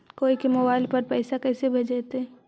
कोई के मोबाईल पर पैसा कैसे भेजइतै?